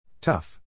Tough